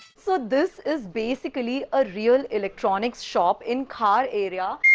so this is basically a real electronics shop in khar area.